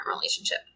relationship